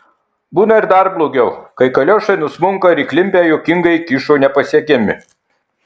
būna ir dar blogiau kai kaliošai nusmunka ir įklimpę juokingai kyšo nepasiekiami